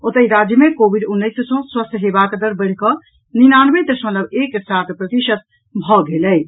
ओतहि राज्य मे कोविड उन्नैस सॅ स्वस्थ हेबाक दर बढ़िकऽ निनानवे दशमलव एक सात प्रतिशत भऽ गेल अछि